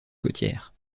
côtière